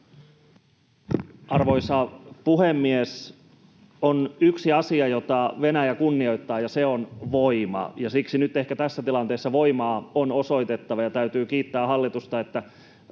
Arvoisa puhemies! On yksi asia, jota Venäjä kunnioittaa, ja se on voima. Siksi ehkä nyt tässä tilanteessa voimaa on osoitettava, ja täytyy kiittää hallitusta, että